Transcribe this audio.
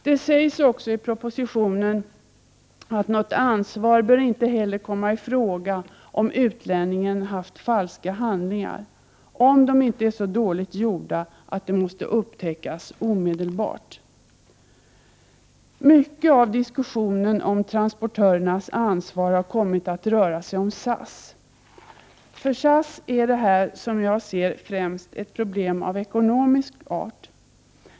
Det sägs också i propositionen att något ansvar inte heller bör komma i fråga om utlänningen haft falska handlingar, såvida de inte är så dåligt gjorda att det måste upptäckas omedelbart. Mycket om diskussionen om transportörens ansvar har kommit att röra sig om SAS. För SAS är det här, som jag ser det, främst ett problem av ekonomisk art.